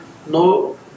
no